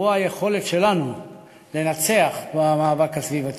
הוא על היכולת שלנו לנצח במאבק הסביבתי.